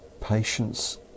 Patience